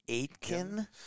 Aitken